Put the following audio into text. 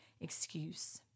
excuse